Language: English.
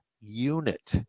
unit